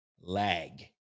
lag